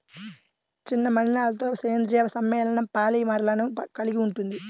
చిన్న మలినాలతోసేంద్రీయ సమ్మేళనంపాలిమర్లను కలిగి ఉంటుంది